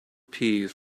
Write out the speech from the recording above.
peas